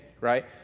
right